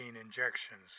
injections